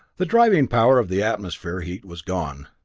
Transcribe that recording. the driving power of the atmospheric heat was gone.